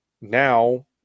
now